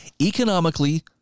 Economically